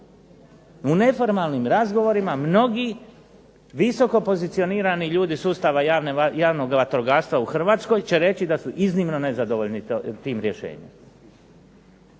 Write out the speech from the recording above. U neformalnim razgovorima mnogi visokopozicionirani ljudi sustava javnog vatrogastva u Hrvatskoj će reći da su iznimno nezadovoljni tim rješenjem.